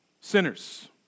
sinners